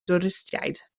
dwristiaid